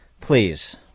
please